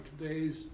today's